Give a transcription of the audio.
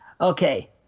Okay